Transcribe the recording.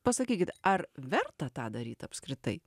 pasakykit ar verta tą daryt apskritai